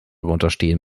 unterstehen